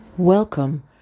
Welcome